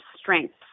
strengths